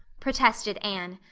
protested anne.